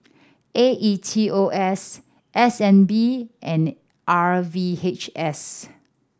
A E T O S S N B and R V H S